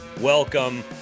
welcome